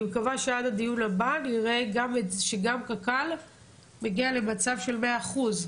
אני מקווה שעד הדיון הבא נראה שגם קק"ל הגיעה למצב של מאה אחוז.